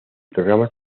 programas